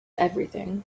everything